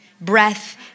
Breath